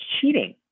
cheating